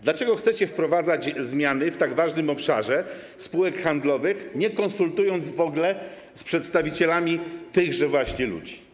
Dlaczego chcecie wprowadzać zmiany w tak ważnym obszarze spółek handlowych, nie konsultując tego w ogóle z przedstawicielami tychże właśnie spółek?